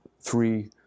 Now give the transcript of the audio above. three